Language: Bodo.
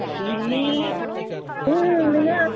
इसि ओं नोङो